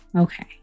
Okay